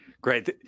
Great